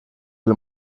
del